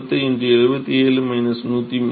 05 1010 77 103